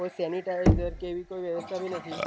કોઈ સેનિટાઇઝર કે એવી કોઈ વ્યવસ્તા બી નથી